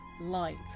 light